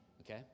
okay